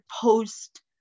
post